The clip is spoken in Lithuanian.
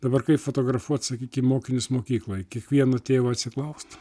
dabar kai fotografuot sakykim mokinius mokykloj kiekvieno tėvo atsiklaust